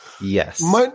Yes